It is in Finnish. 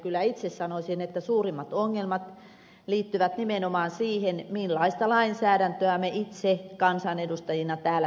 kyllä itse sanoisin että suurimmat ongelmat liittyvät nimenomaan siihen millaista lainsäädäntöä me itse kansanedustajina täällä säädämme